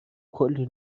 کلی